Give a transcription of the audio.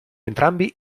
entrambi